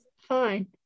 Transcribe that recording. Fine